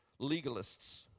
legalists